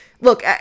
Look